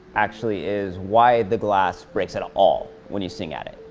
actually, is why the glass breaks at all when you sing at it?